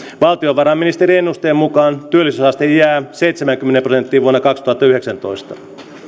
valtiovarainministeriön ennusteen mukaan työllisyysaste jää seitsemäänkymmeneen prosenttiin vuonna kaksituhattayhdeksäntoista